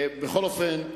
בכל אופן,